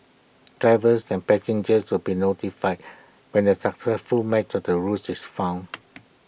drivers and passengers will be notified when the successful match of the route is found